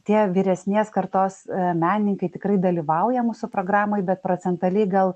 tie vyresnės kartos meninkai tikrai dalyvauja mūsų programoj bet procentaliai gal